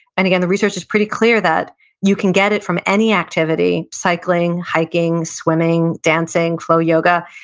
and again, the research is pretty clear that you can get it from any activity, cycling, hiking, swimming, dancing, flow yoga,